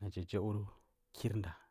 naya jau kirda.